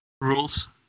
rules